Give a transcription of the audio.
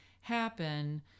happen